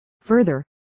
Further